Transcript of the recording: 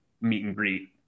meet-and-greet